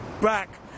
back